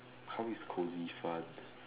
how is called it's fun